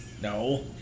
No